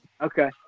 okay